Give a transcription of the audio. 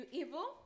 evil